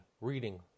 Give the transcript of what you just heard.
reading